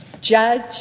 judge